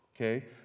Okay